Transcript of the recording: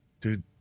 Dude